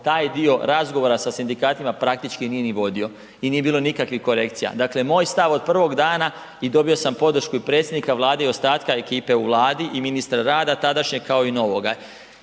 taj dio razgovora sa sindikatima praktički nije ni vodio i nije bilo nikakvih korekcija. Dakle, moj stav od prvog dana i dobio sam podršku i predsjednika Vlade i ostatka ekipe u Vladi i ministra rada tadašnjeg kao i novoga.